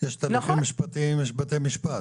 יש תהליכים משפטיים, יש בתי משפט,